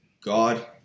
God